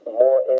more